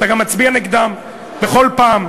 אתה גם מצביע נגדן בכל פעם.